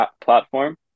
platform